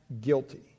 guilty